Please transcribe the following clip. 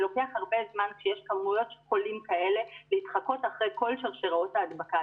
לוקח הרבה זמן כשיש כמויות חולים כאלה להתחקות אחר כל שרשראות הדבקה.